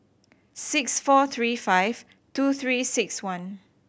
six four three five two Three Six One